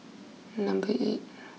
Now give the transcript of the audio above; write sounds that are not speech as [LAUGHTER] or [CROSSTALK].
number eight [NOISE]